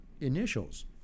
initials